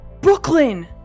Brooklyn